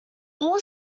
all